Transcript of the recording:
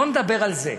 בוא נדבר על זה.